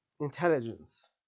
intelligence